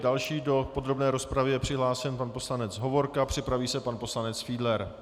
Další do podrobné rozpravy je přihlášen pan poslanec Hovorka, připraví se pan poslanec Fiedler.